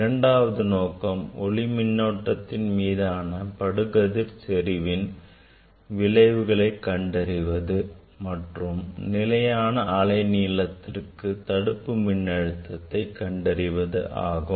இரண்டாவது நோக்கம் ஒளி மின்னோட்டத்தின் மீதான படுகதிர் செறிவின் விளைவுகளை கண்டறிவது மற்றும் நிலையான அலை நீளத்திற்கு தடுப்பு மின்னழுத்தத்தை கண்டறிவது ஆகும்